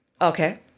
Okay